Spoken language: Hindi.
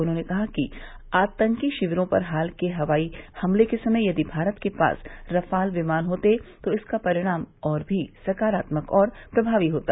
उन्होंने कहा कि आतंकी शिविरों पर हाल के हवाई हमले के समय यदि भारत के पास रफाल विमान होते तो इसका परिणाम और भी सकारात्मक और प्रमावी होता